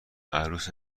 عروس